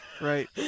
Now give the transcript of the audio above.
right